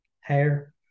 hair